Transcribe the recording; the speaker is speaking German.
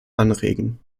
anregen